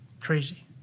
crazy